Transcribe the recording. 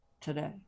today